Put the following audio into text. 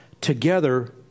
together